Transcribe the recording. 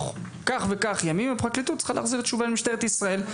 כך וכך ימים הפרקליטות צריכה להחזיר תשובה למשטרת ישראל.